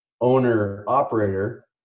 owner-operator